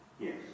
Yes